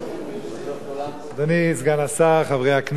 אדוני סגן השר, חברי הכנסת,